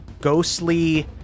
ghostly-